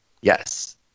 yes